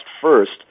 first